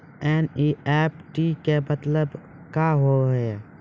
NEFT के मतलब का होव हेय?